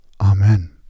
Amen